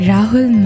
Rahul